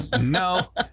no